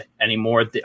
anymore